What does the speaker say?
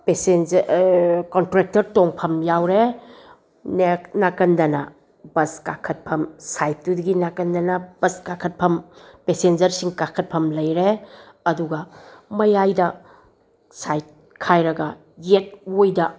contractor ꯇꯣꯡꯐꯝ ꯌꯥꯎꯔꯦ ꯅꯥꯀꯟꯗꯅ ꯕꯁ ꯀꯥꯈꯠꯐꯝ ꯁꯥꯏꯗꯇꯨꯒꯤ ꯅꯥꯀꯟꯗꯅ ꯕꯁ ꯀꯥꯈꯠꯐꯝ ꯄꯦꯁꯦꯟꯖꯔꯁꯤꯡ ꯀꯥꯈꯠꯐꯝ ꯂꯩꯔꯦ ꯑꯗꯨꯒ ꯃꯌꯥꯏꯗ ꯁꯥꯏꯠ ꯈꯥꯏꯔꯒ ꯌꯦꯠ ꯑꯣꯏꯗ